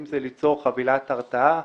ליצור חבילת הרתעה.